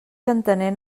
entenent